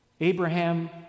Abraham